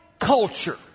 culture